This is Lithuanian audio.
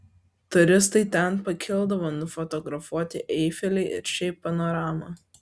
turistai ten pakildavo nufotografuoti eifelį ir šiaip panoramą